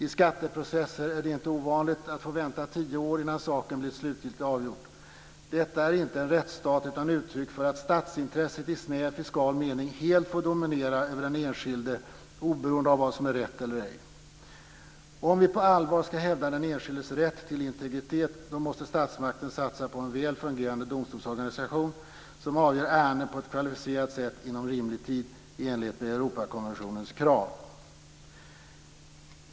I skatteprocesser är det inte ovanligt att man får vänta tio år innan saken blir slutgiltigt avgjord. Detta är inte en rättsstat, utan ett uttryck för att statsintresset i snäv fiskal mening helt får dominera över den enskilde oberoende av vad som är rätt eller ej. Om vi på allvar ska hävda den enskildes rätt till integritet så måste statsmakten satsa på en väl fungerande domstolsorganisation som avgör ärenden på ett kvalificerat sätt inom rimlig tid i enlighet med Europakonventionens krav.